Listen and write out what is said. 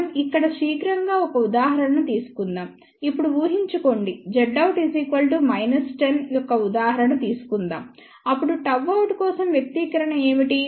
మనం ఇక్కడ శీఘ్రంగా ఒక ఉదాహరణను తీసుకుందాం ఇప్పుడు ఊహించుకోండి Zout 10 యొక్క ఉదాహరణ తీసుకుందాం అప్పుడు Γout కోసం వ్యక్తీకరణ ఏమిటి